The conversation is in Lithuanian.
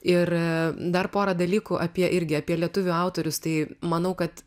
ir dar pora dalykų apie irgi apie lietuvių autorius tai manau kad